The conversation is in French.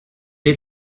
est